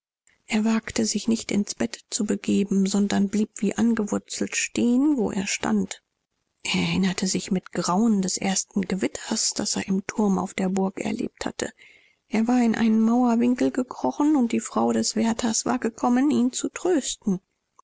er wagte sich nicht ins bett zu begeben sondern blieb wie angewurzelt stehen wo er stand er erinnerte sich mit grauen des ersten gewitters das er im turm auf der burg erlebt hatte er war in einen mauerwinkel gekrochen und die frau des wärters war gekommen ihn zu trösten